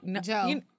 Joe